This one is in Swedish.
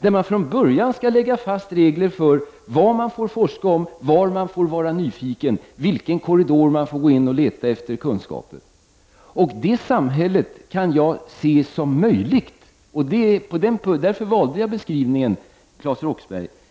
där det från början skall läggas fast regler för vad man får forska om, var man får vara nyfiken och i vilken korridor man får gå in och leta efter kunskap. Det samhället kan jag se som möjligt. Därför valde jag beskrivningen, Claes Roxbergh.